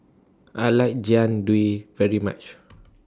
I like Jian Dui very much